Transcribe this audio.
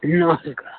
नमस्कार